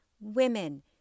women